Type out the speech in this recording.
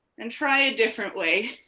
and try a different way.